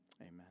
amen